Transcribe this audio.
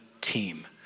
team